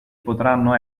potranno